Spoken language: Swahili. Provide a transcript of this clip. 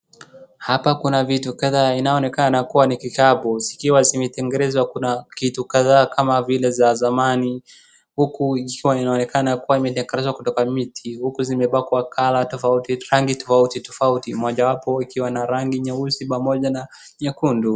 Hapa kuna vitu kadhaa inaonekana kuwa ni kikapu, zikiwa zimetengenezwa kuna kitu kadhaa kama vile za zamani, huku ikiwa inaonekana kuwa imekatakatwa kutoka miti, huku zimepakwa colour tofauti, rangi tofauti tofauti, mojawapo ikiwa ni rangi nyeusi pamoja na nyekundu.